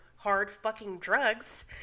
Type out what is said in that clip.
hard-fucking-drugs